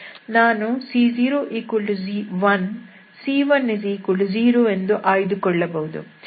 ನಾನು c01 c10 ಎಂದು ಆಯ್ದುಕೊಳ್ಳಬಹುದು